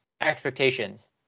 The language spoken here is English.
expectations